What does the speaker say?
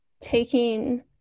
taking